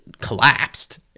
collapsed